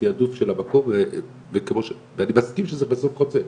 זה תיעדוף של המקום וכמו שאמרתי זה בסוף חוצה,